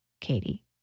Katie